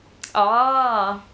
orh